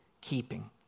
keeping